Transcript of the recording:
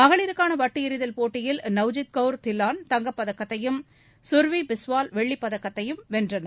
மகளிருக்கான வட்டு எறிதல் போட்டியில் நவ்ஜித் கவுர் தில்லான் தங்கப் பதக்கத்தையும் கர்வி பிஸ்வாஸ் வெள்ளிப் பதக்கத்தையும் வென்றனர்